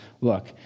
look